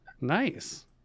Nice